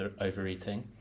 overeating